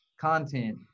content